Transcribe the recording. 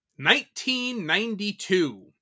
1992